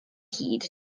hyd